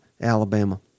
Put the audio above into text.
Alabama